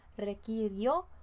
requirió